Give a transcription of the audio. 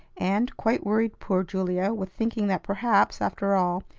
and quite worried poor julia with thinking that perhaps, after all,